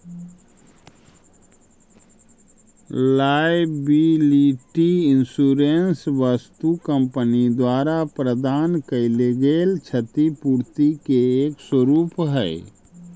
liability insurance वस्तु company द्वारा प्रदान कैइल गेल क्षतिपूर्ति के एक स्वरूप हई